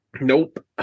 Nope